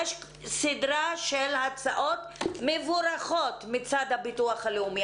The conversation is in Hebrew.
יש סדרה של הצעות מבורכות מצד הביטוח הלאומי.